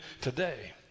today